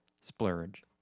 splurge